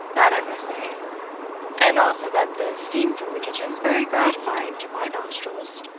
that i must say and also that the steam from the kitchen is very gratifying to my nostrils